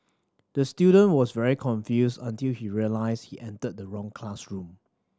the student was very confused until he realised he entered the wrong classroom